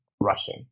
rushing